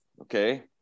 Okay